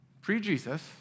pre-Jesus